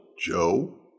Joe